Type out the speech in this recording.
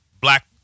black